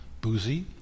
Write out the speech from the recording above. boozy